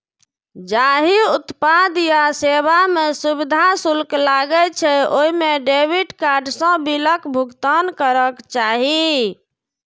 जाहि उत्पाद या सेवा मे सुविधा शुल्क लागै छै, ओइ मे डेबिट कार्ड सं बिलक भुगतान करक चाही